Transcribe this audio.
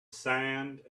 sand